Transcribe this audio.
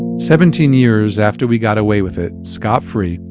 seventeen years after we got away with it, scot-free,